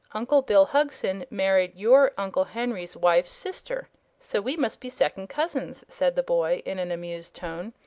uncle bill hugson married your uncle henry's wife's sister so we must be second cousins, said the boy, in an amused tone.